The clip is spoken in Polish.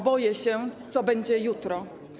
Boję się, co będzie jutro.